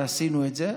ועשינו את זה,